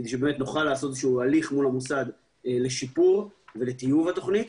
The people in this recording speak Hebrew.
כדי שנוכל לעשות איזשהו הליך מול המוסד לשיפור ולטיוב התוכנית,